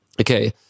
Okay